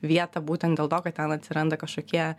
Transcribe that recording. vietą būtent dėl to kad ten atsiranda kažkokie